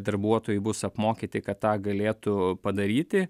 darbuotojai bus apmokyti kad tą galėtų padaryti